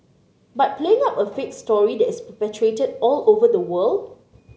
but playing up a fake story that is perpetuated all over the world